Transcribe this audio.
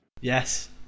Yes